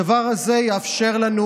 הדבר הזה יאפשר לנו